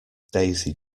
daisy